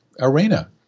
arena